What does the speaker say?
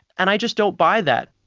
and i just don't buy that.